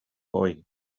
boy